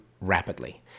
rapidly